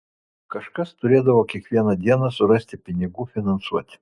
kažkas turėdavo kiekvieną dieną surasti pinigų finansuoti